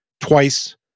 twice